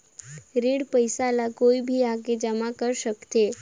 ऋण पईसा ला कोई भी आके जमा कर सकथे?